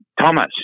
Thomas